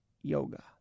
yoga